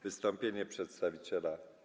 Wystąpienie przedstawiciela.